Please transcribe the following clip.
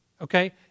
Okay